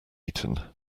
eaten